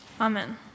Amen